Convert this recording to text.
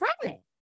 pregnant